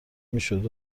میشد